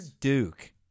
Duke